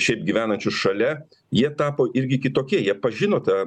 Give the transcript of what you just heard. šiaip gyvenančius šalia jie tapo irgi kitokie jie pažino tą